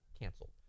Canceled